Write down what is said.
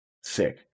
sick